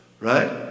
Right